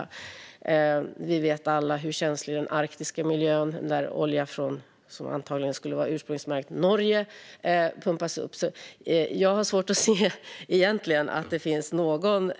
Och vi vet alla hur känslig miljön är i Arktis, där olja som antagligen ska vara ursprungsmärkt från Norge pumpas upp. Jag har egentligen svårt att se att det skulle finnas någon